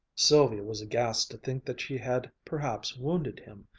sylvia was aghast to think that she had perhaps wounded him.